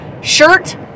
Shirt